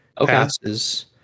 passes